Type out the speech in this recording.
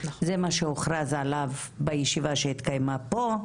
זה מה שהוכרז עליו בישיבה שהתקיימה פה.